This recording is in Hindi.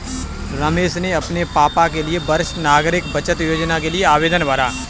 रमेश ने अपने पापा के लिए वरिष्ठ नागरिक बचत योजना के लिए आवेदन भरा